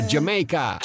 Jamaica